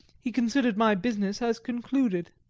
he considered my business as concluded.